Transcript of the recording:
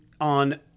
on